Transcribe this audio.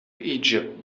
egypt